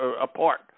apart